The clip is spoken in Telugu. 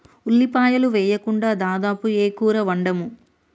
ఉల్లిపాయలు వేయకుండా దాదాపు ఏ కూర వండము